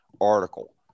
article